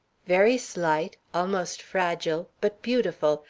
very slight, almost fragile, but beautiful,